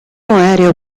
aereo